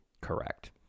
Correct